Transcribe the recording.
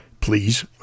please